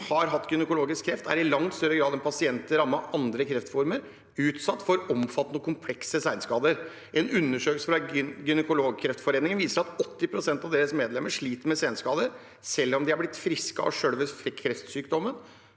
har hatt gynekologisk kreft, er i langt større grad enn pasienter rammet av andre kreftformer utsatt for omfattende og komplekse senskader. En undersøkelse fra Gynkreftforeningen viser at 80 pst. av deres medlemmer sliter med senskader. Selv om de er blitt friske av selve kreftsykdommen,